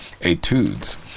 etudes